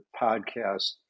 podcast